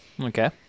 Okay